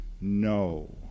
no